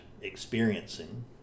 experiencing